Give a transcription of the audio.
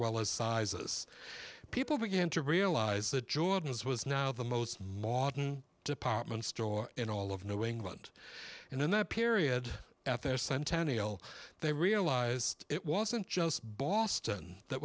well as sizes people began to realize that jordan as was now the most modern department store in all of knowing went and in that period at their centennial they realized it wasn't just boston that